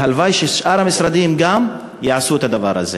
והלוואי שגם שאר המשרדים יעשו את הדבר הזה.